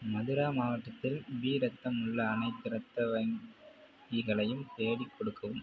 மதுரா மாவட்டத்தில் பி இரத்தம் உள்ள அனைத்து இரத்த வங்கிகளையும் தேடிக் கொடுக்கவும்